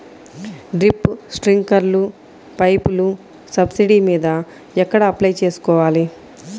Drip, స్ప్రింకర్లు పైపులు subsidy మీద ఎక్కడ అప్లై చేసుకోవాలి?